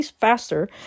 faster